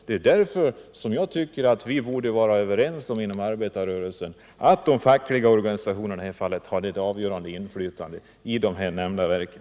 Det är därför jag tycker att vi inom arbetarrörelsen borde vara överens om att de fackliga organisationerna skall ha ett avgörande inflytande i de här nämnda verken.